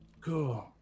Cool